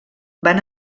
van